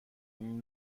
این